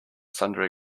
sundry